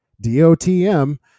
D-O-T-M